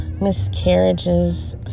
miscarriages